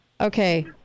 Okay